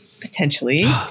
potentially